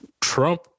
Trump